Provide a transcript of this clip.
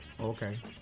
Okay